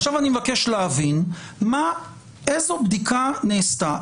עכשיו אני מבקש להבין איזו בדיקה נעשתה.